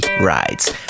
rides